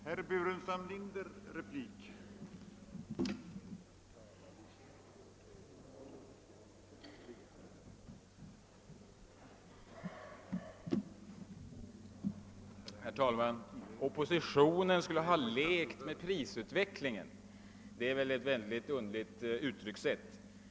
Herr talman! Oppositionen skulle ha lekt med prisutvecklingen — det är väl ett underligt uttryckssätt!